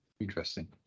Interesting